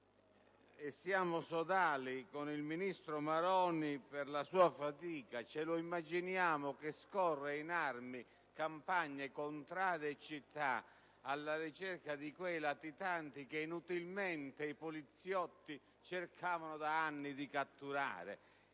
e siamo sodali con il ministro Maroni per la sua fatica: ce lo immaginiamo che scorre in armi campagne, contrade e città alla ricerca di quei latitanti che inutilmente i poliziotti cercavano da anni di catturare.